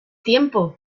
tiempo